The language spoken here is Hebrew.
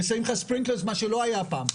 ושמים לך ספירנקלרים, מה שלא היה פעם.